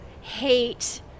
hate